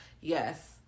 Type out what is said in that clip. Yes